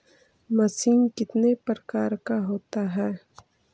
Machine कितने प्रकार का होता है?